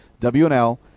WNL